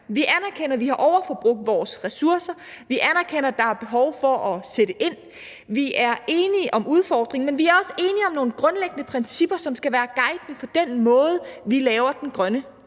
Vi anerkender, at vi har overforbrugt vores ressourcer, vi anerkender, at der er behov for at sætte ind. Vi er enige om udfordringen, men vi er også enige om nogle grundlæggende principper, som skal være guidende for den måde, vi laver den grønne